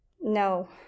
No